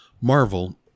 Marvel